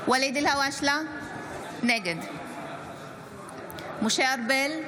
אלהואשלה, נגד משה ארבל,